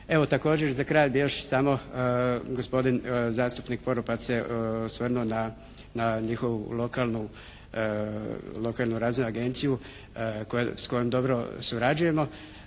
Evo također za kraj bi još samo gospodin zastupnik Poropat se osvrnuo na njihovu lokalnu, lokalnu razvojnu agenciju koja, s kojom dobro surađujemo.